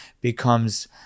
becomes